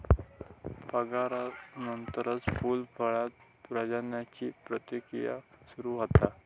परागनानंतरच फूल, फळांत प्रजननाची प्रक्रिया सुरू होता